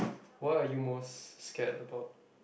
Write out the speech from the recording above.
what are you most scared about